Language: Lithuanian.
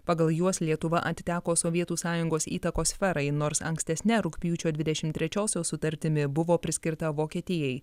pagal juos lietuva atiteko sovietų sąjungos įtakos sferai nors ankstesne rugpjūčio dvidešim trečiosios sutartimi buvo priskirta vokietijai